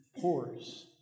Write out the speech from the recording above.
pores